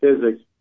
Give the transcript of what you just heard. physics